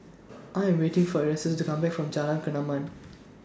I Am waiting For Erastus to Come Back from Jalan Kemaman